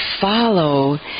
follow